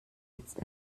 jetzt